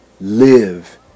live